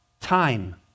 time